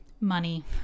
money